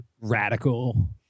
radical